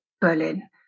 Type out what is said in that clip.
Berlin